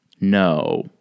No